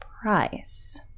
price